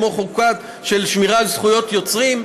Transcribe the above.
כמו חקיקה של שמירה על זכויות יוצרים,